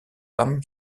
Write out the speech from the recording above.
pam